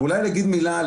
אז אולי להגיד מילה על